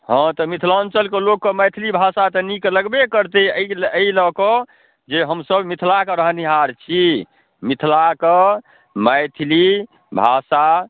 हँ तऽ मिथिलाञ्चलके लोकके मैथिली भाषा तऽ नीक लगबे करतै एहि एहि लऽ कऽ जे हमसब मिथिलाके रहनिहार छी मिथिलाके मैथिली भाषा